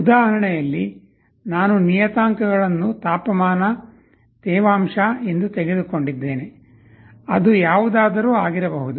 ಉದಾಹರಣೆಯಲ್ಲಿ ನಾನು ನಿಯತಾಂಕಗಳನ್ನು ತಾಪಮಾನ ತೇವಾಂಶ ಎಂದು ತೆಗೆದುಕೊಂಡಿದ್ದೇನೆ ಅದು ಯಾವುದಾದರೂ ಆಗಿರಬಹುದು